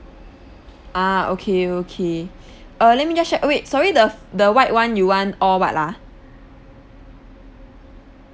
ah okay okay uh let me just check wait sorry the the white [one] you want all what ah